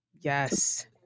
Yes